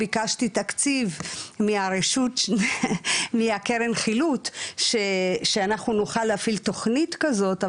ביקשתי תקציב מהקרן חילוט שאנחנו נוכל להפעיל תוכנית כזאתי,